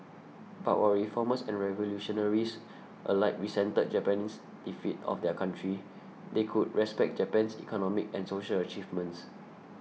but while reformers and revolutionaries alike resented Japan's defeat of their country they could respect Japan's economic and social achievements